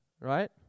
Right